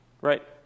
right